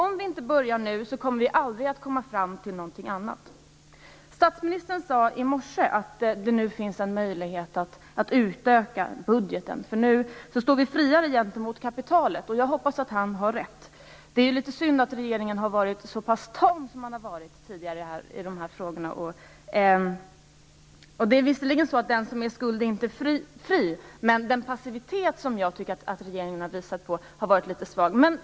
Om vi inte börjar nu kommer vi aldrig att komma fram till någonting annat. Statsministern sade i morse att det nu finns en möjlighet att utökat budgeten, för nu står vi friare gentemot kapitalet. Jag hoppas att han har rätt. Det är synd att regeringen har varit så tam som man har varit i de här frågorna. Visserligen är det sant att den som står i skuld inte är fri, men den passivitet som jag tycker att regeringen har visat har varit en svaghet.